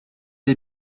des